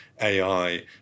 AI